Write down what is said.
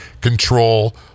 control